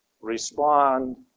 respond